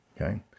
Okay